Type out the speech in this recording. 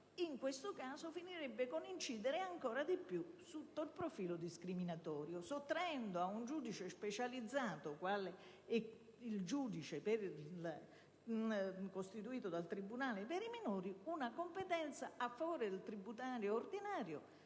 processuale finirebbe con l'incidere ancora di più sotto il profilo discriminatorio sottraendo ad un giudice specializzato, qual è il giudice costituito dal tribunale per i minori, una competenza a favore del tribunale ordinario